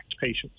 patients